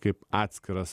kaip atskiras